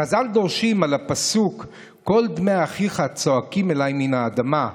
חז"ל דורשים על הפסוק "קול דמי אחיך צעקים אלי מן האדמה",